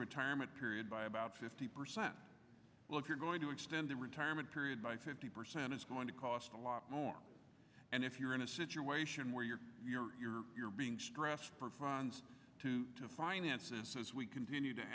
retirement period by about fifty percent well if you're going to extend the retirement period by fifty percent it's going to cost a lot more and if you're in a situation where you're you're you're you're being stressed for funds to to finances as we continue to